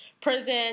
prison